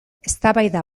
eztabaida